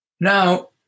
Now